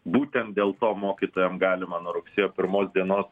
būtent dėl to mokytojam galima nuo rugsėjo pirmos dienos